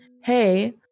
hey